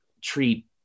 treat